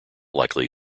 likely